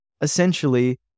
Essentially